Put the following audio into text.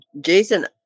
Jason